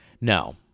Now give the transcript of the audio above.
No